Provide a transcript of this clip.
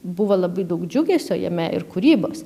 buvo labai daug džiugesio jame ir kūrybos